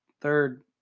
Third